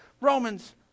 Romans